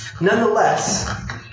Nonetheless